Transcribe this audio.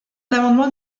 l’amendement